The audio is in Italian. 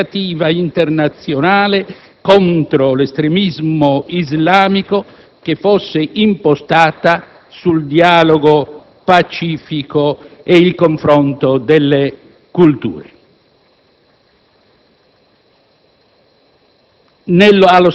e a suggerire una vasta iniziativa internazionale contro l'estremismo islamico impostata sul dialogo pacifico e il confronto delle culture.